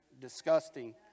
disgusting